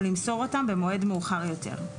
או למסור אותם במועד מאוחר יותר.